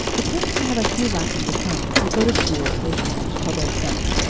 the twins can have a few lessons at home but go to school they shan't till they're seven.